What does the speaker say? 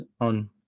on